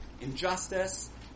injustice